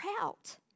out